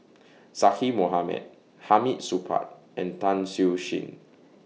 Zaqy Mohamad Hamid Supaat and Tan Siew Sin